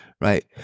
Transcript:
right